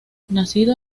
nacido